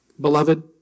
Beloved